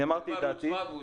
אני אמרתי את דעתי.